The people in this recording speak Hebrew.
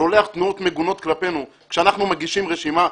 שולח תנועות מגונות כלפינו כשאנחנו מגישים רשימה,